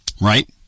right